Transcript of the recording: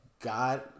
God